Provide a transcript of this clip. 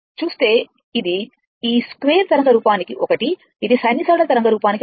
చూస్తే ఇది ఈ స్క్వేర్ తరంగ రూపానికి 1ఇది సైనూసోయిడల్ తరంగ రూపానికి 1